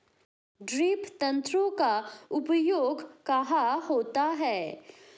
Drip तंत्र का उपयोग कहाँ होता है?